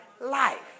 life